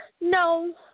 no